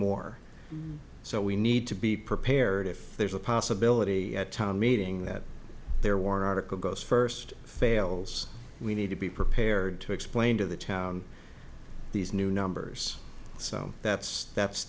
more so we need to be prepared if there's a possibility at town meeting that their war article goes first fails we need to be prepared to explain to the town these new numbers so that's that's